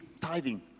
tithing